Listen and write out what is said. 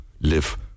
live